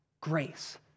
Grace